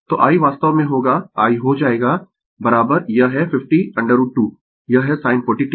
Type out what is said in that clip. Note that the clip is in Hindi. तो i वास्तव में होगा i हो जाएगा यह है 50 √ 2 यह है sin 40 t